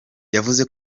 yavuze